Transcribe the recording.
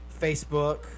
facebook